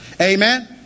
Amen